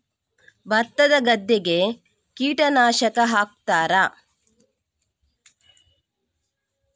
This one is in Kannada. ಭತ್ತದ ಗದ್ದೆಗೆ ಕೀಟನಾಶಕ ಹಾಕುತ್ತಾರಾ?